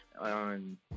on